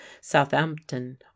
southampton